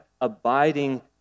abiding